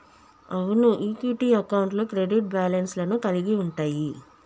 అవును ఈక్విటీ అకౌంట్లు credit balance లను కలిగి ఉంటయ్యి